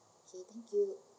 okay thank you